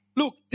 look